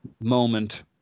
moment